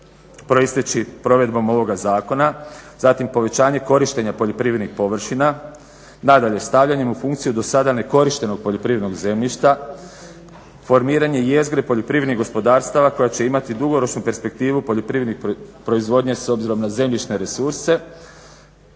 proisteći provedbom ovoga zakona. Zatim povećanje korištenja poljoprivrednih površina. Nadalje, stavljanjem u funkciju do sada nekorištenog poljoprivrednog zemljišta, formiranje jezgre poljoprivrednih gospodarstava koja će imati dugoročnu perspektivu poljoprivredne proizvodnje s obzirom na zemljišne resurse.